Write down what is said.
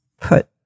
put